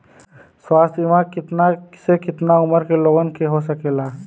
स्वास्थ्य बीमा कितना से कितना उमर के लोगन के हो सकेला?